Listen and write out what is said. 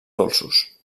dolços